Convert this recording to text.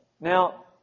Now